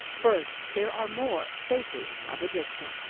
first here are more faces of addiction.